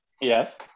Yes